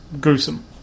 gruesome